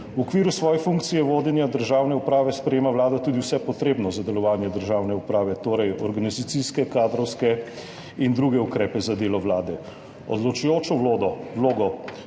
V okviru svoje funkcije vodenja državne uprave sprejema vlada tudi vse potrebno za delovanje državne uprave, torej organizacijske, kadrovske in druge ukrepe za delo vlade. Odločujočo vlogo